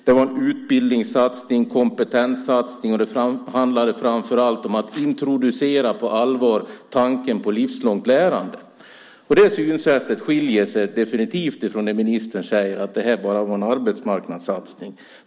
Det var en utbildningssatsning, kompetenssatsning och det handlade framför allt om att på allvar introducera tanken på livslångt lärande. Det synsättet skiljer sig definitivt från ministerns. Han säger att det här bara var arbetsmarknadssatsning.